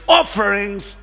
offerings